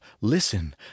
Listen